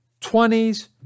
20s